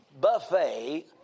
buffet